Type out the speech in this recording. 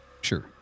Sure